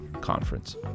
Conference